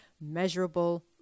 measurable